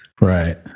right